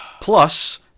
Plus